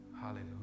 Hallelujah